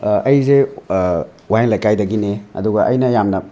ꯑꯩꯖꯦ ꯋꯥꯍꯦꯡ ꯂꯩꯀꯥꯏꯗꯒꯤꯅꯦ ꯑꯗꯨꯒ ꯑꯩꯅ ꯌꯥꯝꯅ